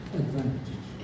advantage